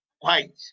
white